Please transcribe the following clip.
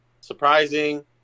surprising